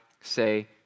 say